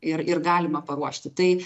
ir ir galima paruošti tai